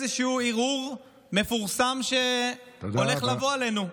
באיזשהו ערעור מפורסם שהולך לבוא עלינו.